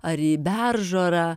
ar į beržorą